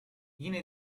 yine